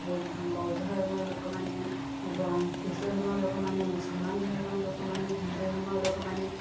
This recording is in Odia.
ବୌ ବୌଦ୍ଧ ଧର୍ମର ଲୋକମାନେ ଏବଂ ଖ୍ରୀଷ୍ଟ ଧର୍ମର ଲୋକମାନେ ମୁସଲମାନ ଧର୍ମର ଲୋକମାନେ ହିନ୍ଦୁ ଧର୍ମର ଲୋକମାନେ